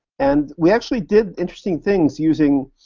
and we actually did interesting things using,